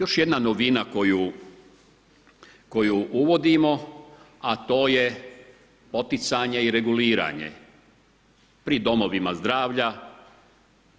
Još jedna novina koju uvodimo a to je poticanje i reguliranje pri domovima zdravlja,